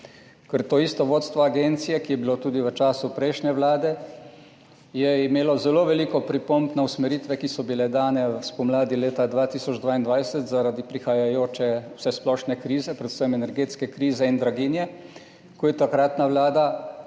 Ker to isto vodstvo agencije, ki je bilo tudi v času prejšnje vlade, je imelo zelo veliko pripomb na usmeritve, ki so bile dane spomladi leta 2022 zaradi prihajajoče vsesplošne krize, predvsem energetske krize in draginje, ko je takratna vlada